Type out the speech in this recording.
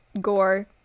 gore